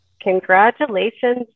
Congratulations